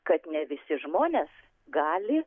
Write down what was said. kad ne visi žmonės gali